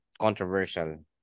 controversial